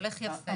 הולך יפה.